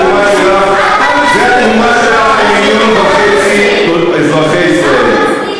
זו התרומה שלך למיליון וחצי אזרחי ישראל.